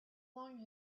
long